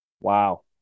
Wow